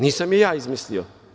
Nisam je ja izmislio.